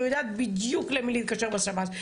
היא יודעת בדיוק למי להתקשר בשב"ס.